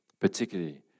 particularly